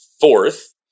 fourth